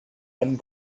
and